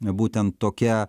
būtent tokia